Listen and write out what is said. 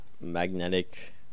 magnetic